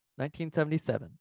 1977